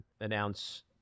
announce